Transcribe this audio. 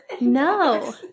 No